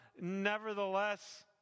nevertheless